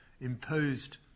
Imposed